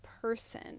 person